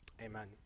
Amen